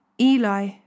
Eli